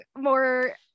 more